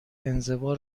انزوا